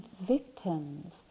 victims